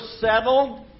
settled